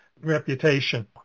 reputation